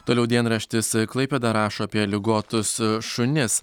toliau dienraštis klaipėda rašo apie ligotus šunis